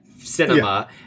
cinema